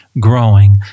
growing